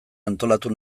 antolatu